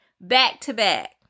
back-to-back